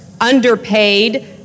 underpaid